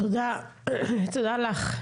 תודה לך.